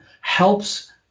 helps